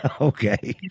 Okay